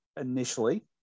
initially